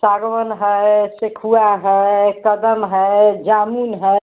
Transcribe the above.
सागवन है सेखुआ है कदम है जामुन है